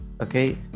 okay